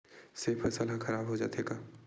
से फसल ह खराब हो जाथे का?